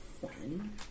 One